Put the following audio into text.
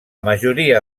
majoria